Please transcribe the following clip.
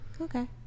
okay